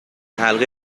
حلقه